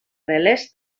relés